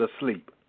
asleep